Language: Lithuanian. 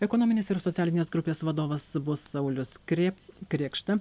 ekonominės ir socialinės grupės vadovas saulius kri krėkšta